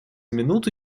минуту